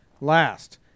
last